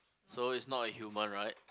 so is not a human right